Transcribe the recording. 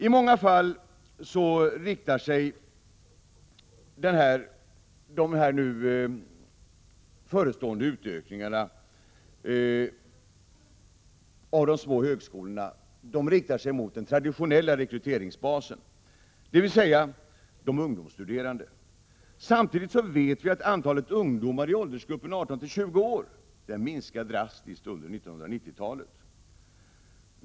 I många fall riktar sig de förestående utökningarna av de små högskolorna mot den traditionella rekryteringsbasen, dvs. de ungdomsstuderande. Samtidigt vet vi att antalet ungdomar i åldersgruppen 18-20 år kommer att minska drastiskt under 1990-talet.